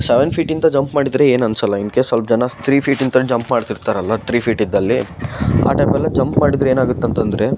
seven ಫೀಟಿಂದ jump ಮಾಡಿದರೆ ಏನು ಅನ್ನಿಸೋಲ್ಲ ಇನ್ ಕೇಸ್ ಸ್ವಲ್ಪ ಜನ ತ್ರೀ ಫೀಟ್ ಇಂದನೂ ಜಂಪ್ ಮಾಡ್ತಿರ್ತಾರಲ್ಲ ತ್ರೀ ಫೀಟ್ ಇದ್ದಲ್ಲಿ ಆ ಟೈಪೆಲ್ಲ ಜಂಪ್ ಮಾಡಿದರೆ ಏನಾಗುತ್ತೆ ಅಂತಂದ್ರೆ